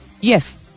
Yes